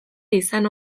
izan